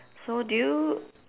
so do you